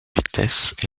vitesse